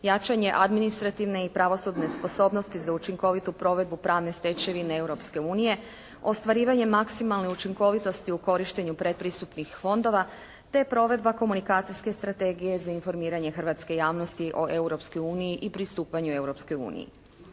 jačanje administrativne i pravosudne sposobnosti za učinkovitu provedbu pravne stečevine Europske unije, ostvarivanje maksimalne učinkovitosti u korištenju predpristupnih fondova te provedba komunikacijske strategije za informiranje hrvatske javnosti o Europskoj uniji i pristupanju Europskoj uniji.